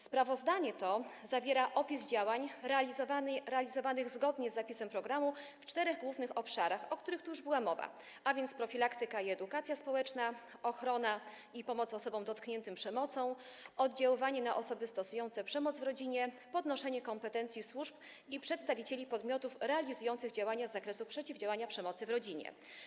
Sprawozdanie to zawiera opis działań realizowanych zgodnie z zapisem programu w czterech głównych obszarach, o których już była mowa: profilaktyka i edukacja społeczna, ochrona osób dotkniętych przemocą i pomoc tym osobom, oddziaływanie na osoby stosujące przemoc w rodzinie, podnoszenie kompetencji służb i przedstawicieli podmiotów realizujących działania z zakresu przeciwdziałania przemocy w rodzinie.